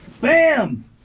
Bam